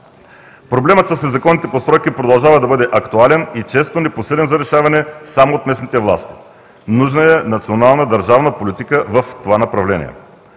Проблемът с незаконните постройки продължава да бъде актуален и често непосилен за решаване само от местните власти. Нужна е национална държавна политика в това направление.